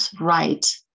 right